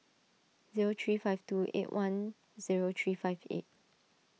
zero three five two eight one zero three five eight